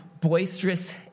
boisterous